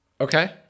Okay